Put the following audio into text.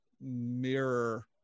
mirror